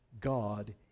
God